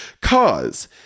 cause